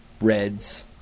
Reds